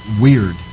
weird